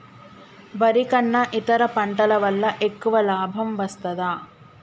వరి కన్నా ఇతర పంటల వల్ల ఎక్కువ లాభం వస్తదా?